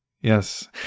Yes